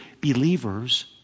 believers